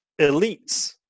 elites